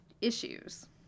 issues